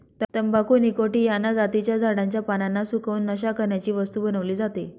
तंबाखू निकॉटीयाना जातीच्या झाडाच्या पानांना सुकवून, नशा करण्याची वस्तू बनवली जाते